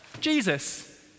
Jesus